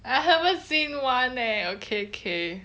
I haven't seen one leh okay K